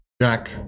Jack